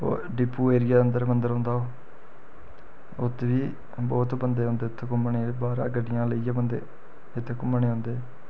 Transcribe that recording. ओह् depot area दे अंदर मंदर औंदा ओह् उत्थें बी बोह्त बंदे औंदे उत्थें घूमना गी बाह्रा गड्डियां लेइयै बंदे इत्थै घूमने गी इत्थै